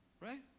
Right